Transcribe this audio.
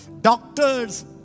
doctors